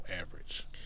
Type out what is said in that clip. average